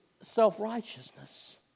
self-righteousness